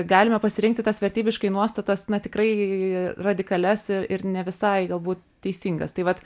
galime pasirinkti tas vertybiškai nuostatas na tikrai radikalias ir ir ne visai gal būt teisingas tai vat